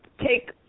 take